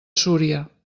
súria